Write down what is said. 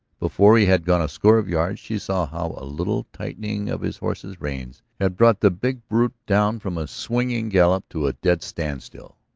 before he had gone a score of yards, she saw how a little tightening of his horse's reins had brought the big brute down from a swinging gallop to a dead standstill.